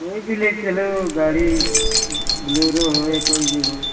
कोई भी ले चलो गाड़ी ब्लोरो हो या कोई भी हो